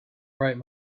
bright